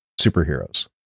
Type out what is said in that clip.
superheroes